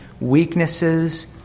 weaknesses